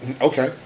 Okay